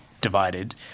divided